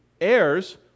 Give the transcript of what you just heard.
heirs